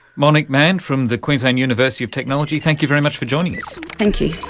monique mann from the queensland university of technology, thank you very much for joining us. thank you.